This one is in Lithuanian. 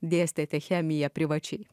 dėstėte chemiją privačiai